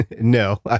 No